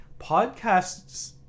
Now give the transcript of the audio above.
podcasts